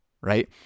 right